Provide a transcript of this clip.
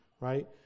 right